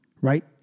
right